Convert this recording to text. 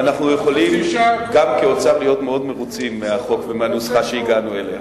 אנחנו יכולים גם באוצר להיות מאוד מרוצים מהחוק ומהנוסחה שהגענו אליה.